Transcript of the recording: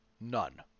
None